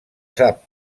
sap